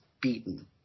beaten